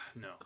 No